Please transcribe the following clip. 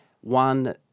One